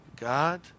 God